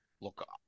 look